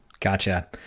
Gotcha